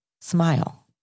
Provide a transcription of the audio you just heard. Smile